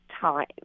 time